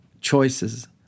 choices